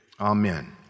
Amen